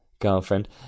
girlfriend